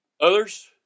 others